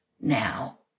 now